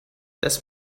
this